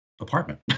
apartment